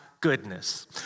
goodness